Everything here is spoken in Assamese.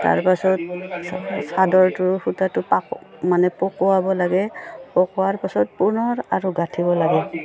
তাৰপাছত চাদৰটো সূতাটো মানে পকোৱাব লাগে পকোৱাৰ পাছত পুনৰ আৰু গাঁঠিব লাগে